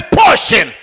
portion